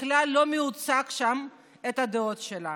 שכלל לא מיוצג שם, את הדעות שלה.